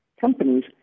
companies